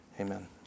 Amen